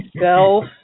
Self